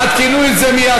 יעדכנו את זה מייד,